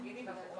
שיסייעו לנו